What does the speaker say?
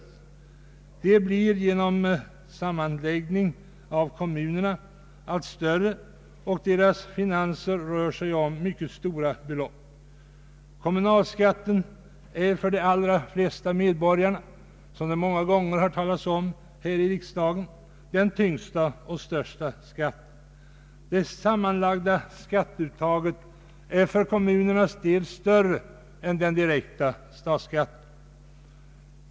Kommunerna blir genom sammanläggning allt större, och deras finanser rör sig om mycket stora belopp. Kommunalskatten är för de allra flesta medborgare — som det många gånger påpekas här i riksdagen — den tyngsta och största skatten. Det sammanlagda skatteuttaget för kommunerna är större än den direkta statsskatten.